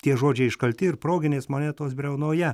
tie žodžiai iškalti ir proginės monetos briaunoje